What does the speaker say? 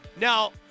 Now